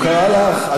הוא קרא לך.